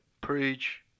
Preach